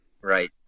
Right